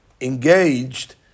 engaged